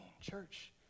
Church